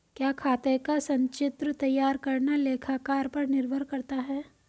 क्या खाते का संचित्र तैयार करना लेखाकार पर निर्भर करता है?